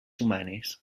humanes